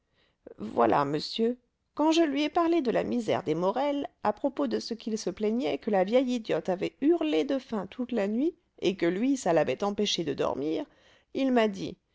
voilà monsieur quand je lui ai parlé de la misère des morel à propos de ce qu'il se plaignait que la vieille idiote avait hurlé de faim toute la nuit et que lui ça l'avait empêché de dormir il m'a dit